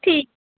ठीक